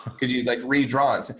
can you like redraw it?